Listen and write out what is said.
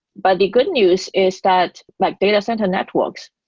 but the good news is that like data center networks,